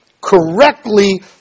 correctly